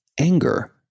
anger